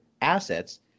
assets